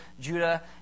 Judah